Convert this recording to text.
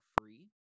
Free